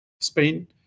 Spain